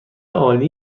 عالی